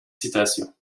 citations